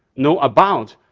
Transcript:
know about,